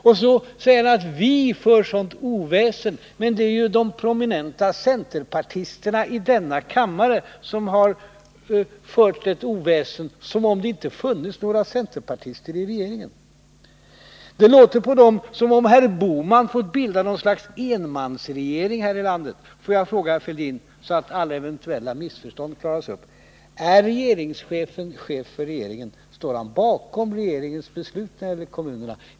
Och så säger herr Fälldin att vi för ett sådant oväsen. Men det är ju de prominenta centerpartisterna i denna kammare som har fört ett oväsen, som om det inte funnes några centerpartister i regeringen. Det låter på dem som om herr Bohman fått bilda något slags enmansregering här i landet. Får jag då fråga herr Fälldin, så att alla eventuella missförstånd kan klaras upp: Är regeringschefen chef för regeringen? Står han bakom regeringens beslut när det gäller kommunerna?